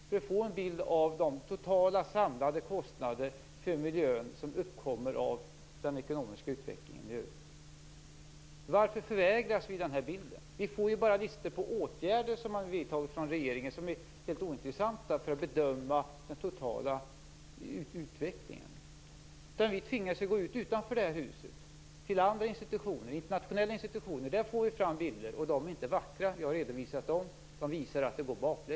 Vi skulle få en bild av de totala kostnaderna för miljön som uppkommer till följd av den ekonomiska utvecklingen i övrigt. Varför förvägras vi denna bild? Vi får ju bara listor över åtgärder som har vidtagits av regeringen, vilka är helt ointressanta när det gäller att bedöma den totala utvecklingen. Vi tvingas ju att gå ut utanför detta hus till andra institutioner, internationella institutioner, för att få fram bilder, och de är inte vackra. Jag har redovisat dem. De visar att det går bakåt.